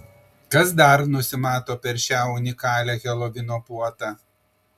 kas dar nusimato per šią unikalią helovino puotą